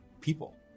people